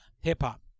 hip-hop